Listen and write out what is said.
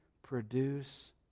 Produce